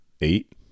Eight